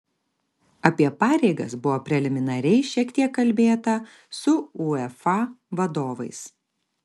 apie pareigas buvo preliminariai šiek tiek kalbėta su uefa vadovais